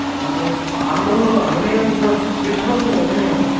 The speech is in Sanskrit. अहं तु अधुनैव सिद्दो सिद्धोऽस्मि अधुनैव